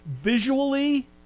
Visually